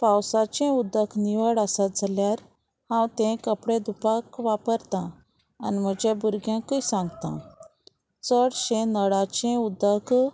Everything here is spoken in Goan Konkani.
पावसाचें उदक निवळ आसत जाल्यार हांव तें कपडे धुवपाक वापरता आनी म्हज्या भुरग्यांकूय सांगता चडशें नळाचें उदक